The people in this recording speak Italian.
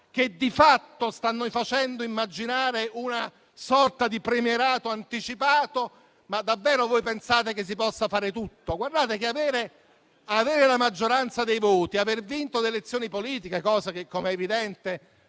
che di fatto stanno facendo immaginare una sorta di premierato anticipato. Davvero voi pensate che si possa fare tutto? Guardate che avere la maggioranza dei voti, aver vinto le elezioni politiche, cosa che - com'è evidente